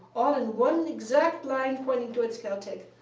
all in one exact line pointing towards caltech.